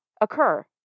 occur